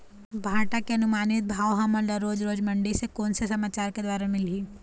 भांटा के अनुमानित भाव हमन ला रोज रोज मंडी से कोन से समाचार के द्वारा मिलही?